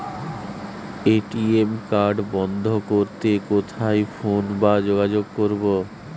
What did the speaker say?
ATM card বন্ধ করতে কোথায় ফোন বা যোগাযোগ করব?